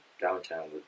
downtown